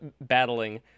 battling